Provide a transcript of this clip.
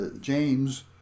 James